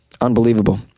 Unbelievable